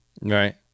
right